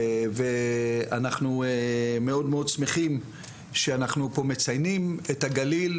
ואנחנו מאוד מאוד שמחים שאנחנו פה מציינים את הגליל,